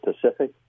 Pacific